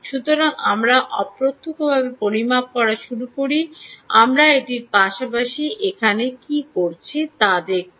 সুতরাং আমরা অপ্রত্যক্ষভাবে পরিমাপ করা শুরু করি আমরা এটির পাশাপাশি এখানে কী করছি তা দেখুন